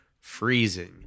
freezing